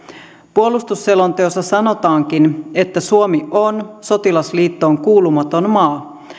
puolustusselonteossa sanotaankin että suomi on sotilasliittoon kuulumaton maa